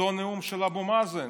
אותו נאום של אבו מאזן,